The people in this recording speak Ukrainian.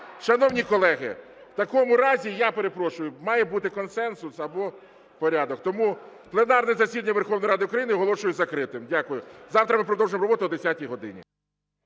Шановні колеги, в такому разі, я перепрошую, має бути консенсус або порядок. Тому пленарне засідання Верховної Ради України оголошую закритим. Дякую. Завтра ми продовжимо роботу о 10 годині.